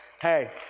Hey